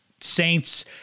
Saints